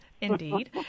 Indeed